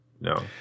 no